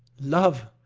love!